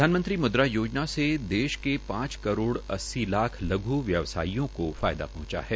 प्रधानमंत्री मृदा योजना से देश के पांच करोड़ अस्सी लाख लघ् व्यवसायियों को फायदा पहंचा है